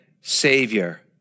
Savior